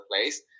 place